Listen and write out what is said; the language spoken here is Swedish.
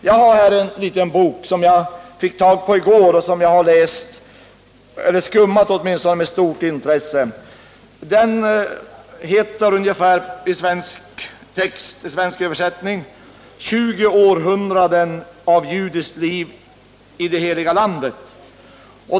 Jag har här en liten bok som jag fick tag på i går och som jag har läst — eller åtminstone skummat — med stort intresse. Den skulle i svensk översättning kunna heta ungefär ”20 århundraden av judiskt liv i det heliga landet”.